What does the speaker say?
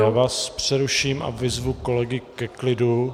Já vás přeruším a vyzvu kolegy ke klidu.